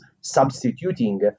substituting